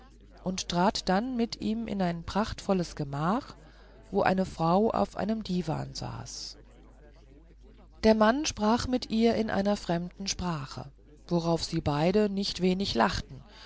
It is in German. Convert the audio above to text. und trat dann mit ihm in ein prachtvolles gemach wo eine frau auf einem diwan saß der mann sprach mit ihr in einer fremden sprache worauf sie beide nicht wenig lachten